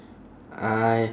I